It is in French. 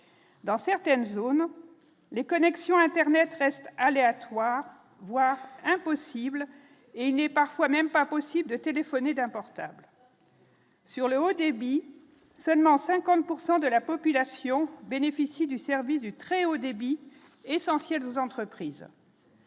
dans certaines zones, les connexions Internet restent aléatoires, voire impossibles et n'est parfois même pas possible de téléphoner d'un portable. Sur le haut débit, seulement 50 pourcent de la population bénéficie du service du très haut débit essentiel aux entreprises.